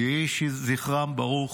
יהי זכרם ברוך.